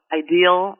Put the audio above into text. ideal